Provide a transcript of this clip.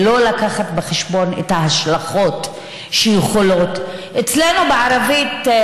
ולא להביא בחשבון את ההשלכות שיכולות להתפתח.